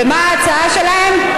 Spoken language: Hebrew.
ומה ההצעה שלהם?